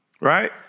right